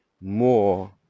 more